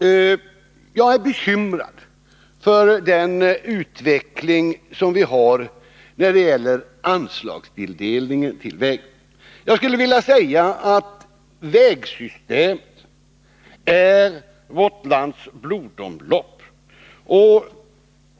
Jag är bekymrad för utvecklingen när det gäller anslagstilldelningen till vägverket. Jag skulle vilja säga att vägsystemet är vårt lands blodomlopp.